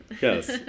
Yes